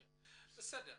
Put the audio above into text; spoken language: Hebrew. בסדר.